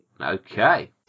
Okay